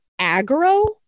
aggro